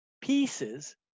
pieces